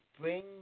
bring